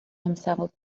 himself